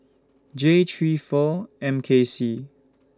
J three four M K C